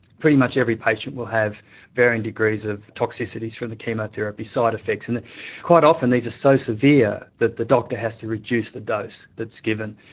pretty much every patient will have varying degrees of toxicity from the chemotherapy side-effects. and quite often these are so severe that the doctor has to reduce the dose that's given.